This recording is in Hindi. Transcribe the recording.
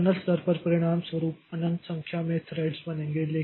तो कर्नेल स्तर पर परिणामस्वरूप अनंत संख्या में थ्रेड्स बनेंगे